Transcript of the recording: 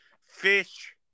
Fish